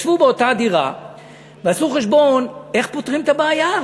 ישבו באותה דירה ועשו חשבון איך פותרים את הבעיה.